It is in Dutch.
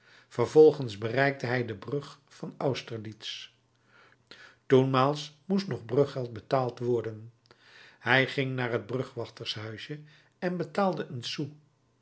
vervolgens bereikte hij de brug van austerlitz toenmaals moest nog bruggeld betaald worden hij ging naar t brugwachtershuisje en betaalde een sou